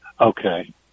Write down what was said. Okay